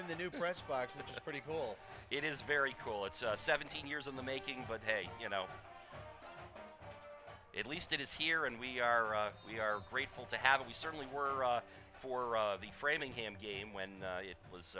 in the new press box with a pretty cool it is very cool it's seventeen years in the making but hey you know at least it is here and we are we are grateful to have a we certainly were for the framingham game when it was